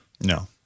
No